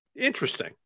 interesting